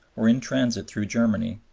or in transit through germany,